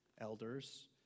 elders